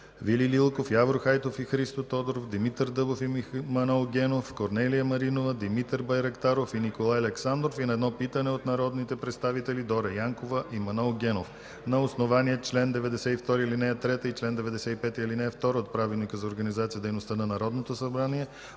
Вили Лилков, Явор Хайтов и Христо Тодоров, Димитър Дъбов и Манол Генов, Корнелия Маринова, Димитър Байрактаров, и Николай Александров и на едно питане от народните представители Дора Янкова и Манол Генов. На основание чл. 92, ал. 3 и чл. 95, ал. 2 от Правилника за организацията и дейността на Народното събрание,